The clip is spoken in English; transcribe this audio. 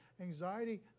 Anxiety